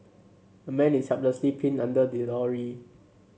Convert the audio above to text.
a man is helplessly pinned under a lorry